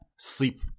sleep